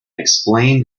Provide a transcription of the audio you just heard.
explain